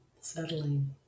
settling